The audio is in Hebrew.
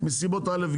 מסיבות א',